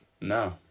No